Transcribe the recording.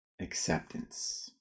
acceptance